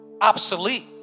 obsolete